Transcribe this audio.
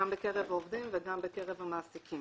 גם בקרב העובדים וגם בקרב המעסיקים.